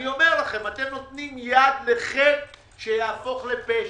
אתם נותנים יד לחטא שיהפוך לפשע.